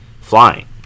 flying